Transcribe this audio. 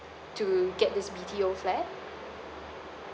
to get this B_T_O flat